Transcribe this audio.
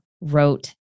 wrote